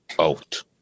out